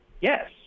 Yes